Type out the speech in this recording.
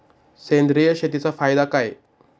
सेंद्रिय शेतीचा फायदा काय?